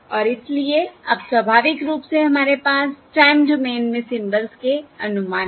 और इसलिए अब स्वाभाविक रूप से हमारे पास टाइम डोमेन में सिंबल्स के अनुमान है